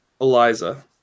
Eliza